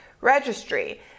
registry